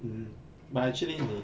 mm but actually 你